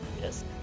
Yes